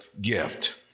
gift